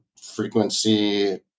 frequency